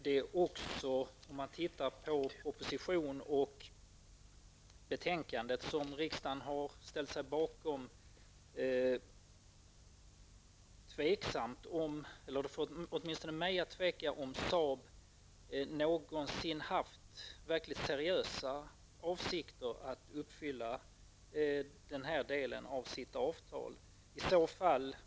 Om man ser på den proposition och det betänkande som riksdagen har ställt sig bakom, är det för mig tveksamt om Saab någonsin haft verkligt seriösa avsikter att uppfylla den här delen av avtalet.